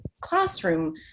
classroom